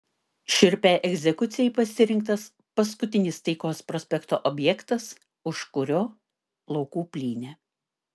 šiurpiai egzekucijai pasirinktas paskutinis taikos prospekto objektas už kurio laukų plynė